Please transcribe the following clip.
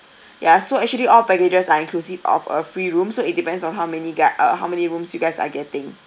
ya so actually all packages are inclusive of a free room so it depends on how many ga~ uh how many rooms you guys are getting